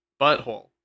butthole